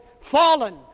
Fallen